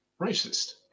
racist